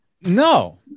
No